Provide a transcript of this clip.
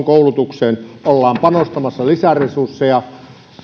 koulutukseen panostamassa lisäresursseja